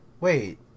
Wait